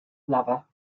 lover